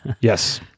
Yes